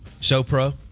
SoPro